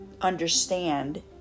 understand